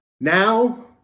Now